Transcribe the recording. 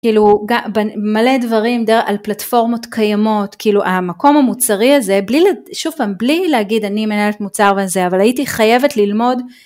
מלא דברים על פלטפורמות קיימות, כאילו המקום המוצרי הזה, שוב פעם בלי להגיד אני מנהלת מוצר וזה. אבל הייתי חייבת ללמוד